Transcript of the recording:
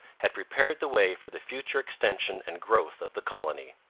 had prepared the way for the future extension and growth of the colony.